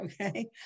okay